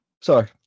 Sorry